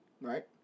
right